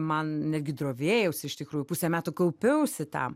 man netgi drovėjausi iš tikrųjų pusę metų kaupiausi tam